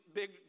big